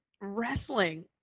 wrestling